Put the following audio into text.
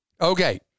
Okay